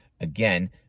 Again